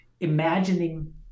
Imagining